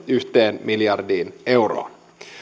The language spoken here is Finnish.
yhteen miljardiin euroon